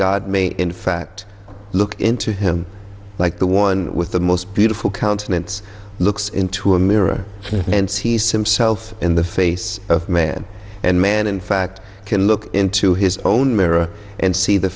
may in fact look into him like the one with the most beautiful countenance looks into a mirror and sees himself in the face of man and man in fact can look into his own mirror and see the